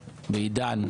בעידן?